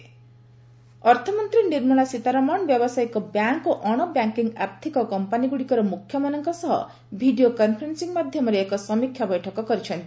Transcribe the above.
FM review meeting ଅର୍ଥମନ୍ତ୍ରୀ ନିର୍ମଳା ସୀତାରମଣ ବ୍ୟବସାୟିକ bank ଓ ଅଣ ବ୍ୟାଙ୍କିଙ୍ଗ୍ ଆର୍ଥକ କମ୍ପାନୀଗୁଡ଼ିକର ମୁଖ୍ୟମାନଙ୍କ ସହ ଭିଡ଼ିଓ କନ୍ଫରେନ୍ସିଂ ମାଧ୍ୟମରେ ଏକ ସମୀକ୍ଷା ବୈଠକ କରିଛନ୍ତି